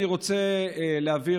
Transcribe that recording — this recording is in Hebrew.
אני רוצה להבהיר,